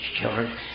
children